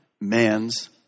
man's